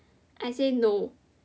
I say no